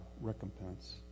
recompense